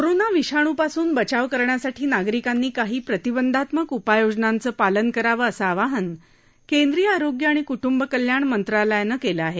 corona विषाणूपासून बचाव करण्यासाठी नागरिकांनी काही प्रतिबंधात्मक उपाययोजनांचं पालन करावं असं आवाहन केंद्रीय आरोग्य आणि कुटुंब कल्याण मंत्रालयानं केलं आहे